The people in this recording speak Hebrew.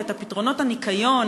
ואת פתרונות הניקיון,